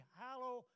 hallow